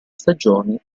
stagioni